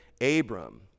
Abram